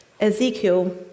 Ezekiel